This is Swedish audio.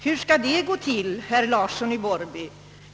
Hur skall det gå till, herr Larsson i Borrby?